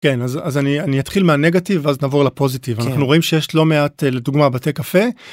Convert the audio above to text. כן, אז אני אתחיל מהנגטיב, ואז נעבור לפוזיטיב. אנחנו רואים שיש לא מעט, לדוגמה, בתי קפה.